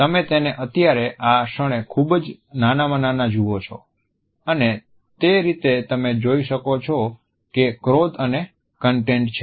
તમે તેને અત્યારે આ ક્ષણે ખૂબજ નાનામાં જુઓ છો અને તે રીતે તમે જોઈ શકો છો કે ક્રોધ અને કન્ટેન્ટ છે